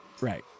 Right